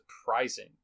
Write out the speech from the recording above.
surprising